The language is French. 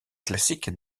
classique